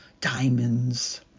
diamonds